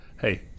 hey